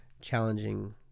challenging